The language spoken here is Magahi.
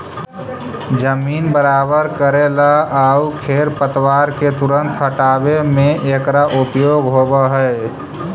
जमीन बराबर कऽरेला आउ खेर पतवार के तुरंत हँटावे में एकरा उपयोग होवऽ हई